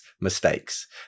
mistakes